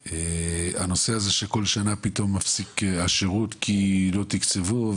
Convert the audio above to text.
הנושא הזה שכל שנה פתאום מספיק השירות כי לא תקצבו,